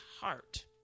heart